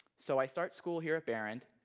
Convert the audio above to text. so i start school here at behrend,